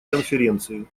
конференции